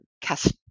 cast